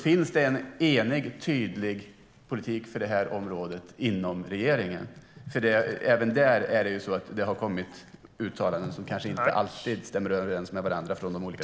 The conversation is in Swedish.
Finns det en enig, tydlig politik för det här området inom regeringen? Även där har det ju kommit uttalanden från de olika departementen som kanske inte alltid stämmer överens med varandra.